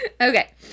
Okay